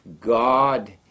God